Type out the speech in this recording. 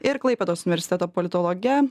ir klaipėdos universiteto politologe